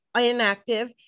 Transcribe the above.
inactive